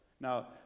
Now